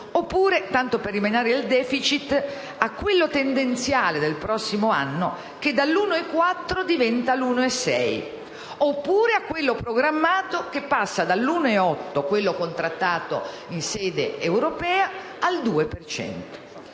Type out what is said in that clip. Oppure, tanto per rimanere al *deficit*, a quello tendenziale del prossimo anno che, dall'1,4 per cento, diventa l'1,6 per cento. Oppure a quello programmato, che passa dall'1,8 per cento contrattato in sede europea al 2